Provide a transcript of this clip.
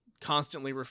Constantly